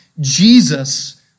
Jesus